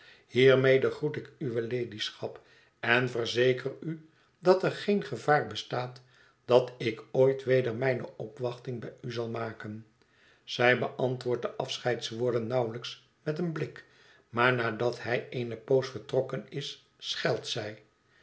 hiermede groet ik uwe ladyschap en verzeker u dat er geen gevaar bestaat dat ik ooit weder mijne opwachting bij u zal maken zij beantwoordt de afscheidswoorden nauwelijks met een blik maar nadat hij eene poos vertrokken is schelt zij